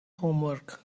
homework